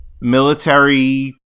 military